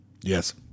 Yes